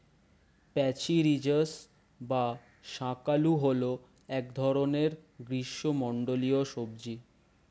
প্যাচিরিজাস বা শাঁকালু হল এক ধরনের গ্রীষ্মমণ্ডলীয় সবজি